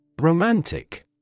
Romantic